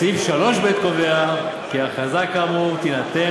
סעיף 3(ב) קובע כי הכרזה כאמור תינתן